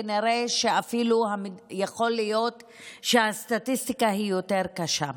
נראה שיכול להיות שהסטטיסטיקה היא אפילו יותר קשה.